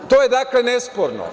To je dakle nesporno.